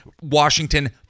Washington